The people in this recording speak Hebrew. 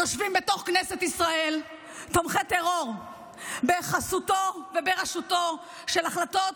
יושבים בתוך כנסת ישראל תומכי טרור בחסותן וברשותן של החלטות,